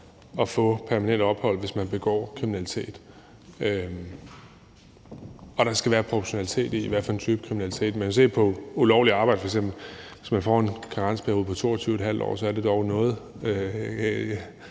at få permanent ophold, hvis man begår kriminalitet, og at der skal være en proportionalitet i, hvad for en type kriminalitet det er. Vi kan jo f.eks. se på ulovligt arbejde: Hvis man får en karensperiode på 22½ år, er det dog noget.